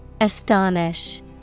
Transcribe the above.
Astonish